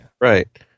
right